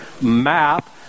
map